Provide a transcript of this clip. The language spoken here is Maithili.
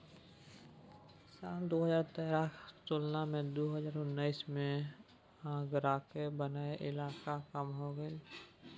साल दु हजार सतरहक तुलना मे दु हजार उन्नैस मे आगराक बनैया इलाका कम हो गेल छै